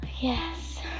Yes